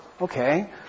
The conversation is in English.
Okay